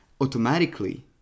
automatically